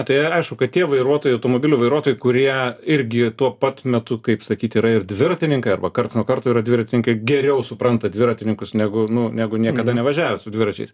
tai aišku kad tie vairuotojai automobilių vairuotojai kurie irgi tuo pat metu kaip sakyt yra ir dviratininkai arba karts nuo karto yra dviratininkai geriau supranta dviratininkus negu nu negu niekada nevažiavę su dviračiais